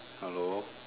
hello